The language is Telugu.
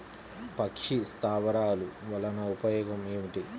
పక్షి స్థావరాలు వలన ఉపయోగం ఏమిటి?